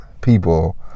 people